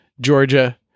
Georgia